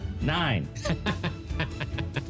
Nine